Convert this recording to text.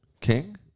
King